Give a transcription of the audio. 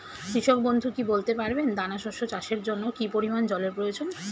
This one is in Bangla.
কৃষক বন্ধু কি বলতে পারবেন দানা শস্য চাষের জন্য কি পরিমান জলের প্রয়োজন?